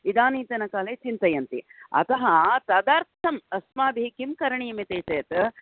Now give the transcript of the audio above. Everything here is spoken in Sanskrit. इदानीतनकाले चिन्तयन्ति अतः तदर्थम् अस्माभिः किं करणीयमिति चेत्